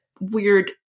weird